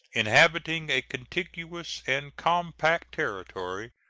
inhabiting a contiguous and compact territory,